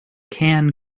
can